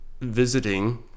visiting